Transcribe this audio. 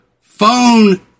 phone